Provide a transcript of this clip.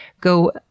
go